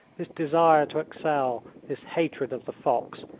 this desire to excel, this hatred of the fox.